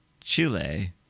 Chile